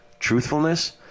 Truthfulness